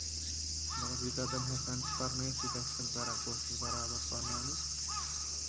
مطلب یوٗتاہ تِم ہٮ۪کان چھِ پَرنٲوِتھ تیوٗتاہ چھِ تِم کران کوٗشِش برابر پَرناونٕچ